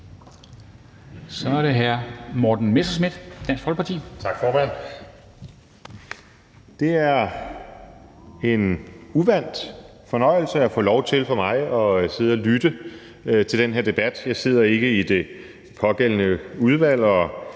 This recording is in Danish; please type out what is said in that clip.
(Ordfører) Morten Messerschmidt (DF): Tak, formand. Det er en uvant fornøjelse for mig at få lov til at sidde og lytte til den her debat. Jeg sidder ikke i det pågældende udvalg, og